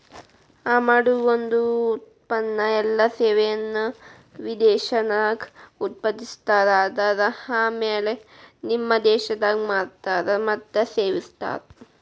ಆಮದು ಒಂದ ಉತ್ಪನ್ನ ಎಲ್ಲಾ ಸೇವೆಯನ್ನ ವಿದೇಶದಾಗ್ ಉತ್ಪಾದಿಸ್ತಾರ ಆದರ ಆಮ್ಯಾಲೆ ನಿಮ್ಮ ದೇಶದಾಗ್ ಮಾರ್ತಾರ್ ಮತ್ತ ಸೇವಿಸ್ತಾರ್